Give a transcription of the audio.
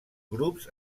grups